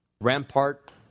rampart